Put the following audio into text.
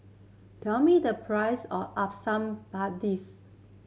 tell me the price of asam